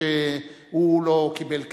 והוא לא קיבל כסף,